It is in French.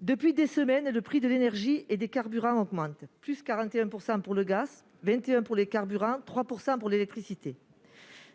Depuis des semaines, le prix de l'énergie et des carburants augmente : +41 % pour le gaz ; +21 % pour les carburants ; +3 % pour l'électricité.